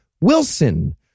Wilson